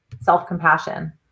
self-compassion